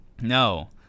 No